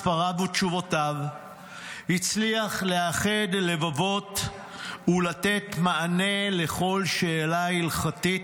ספריו ותשובותיו הצליח לאחד לבבות ולתת מענה על כל שאלה הלכתית,